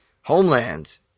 Homeland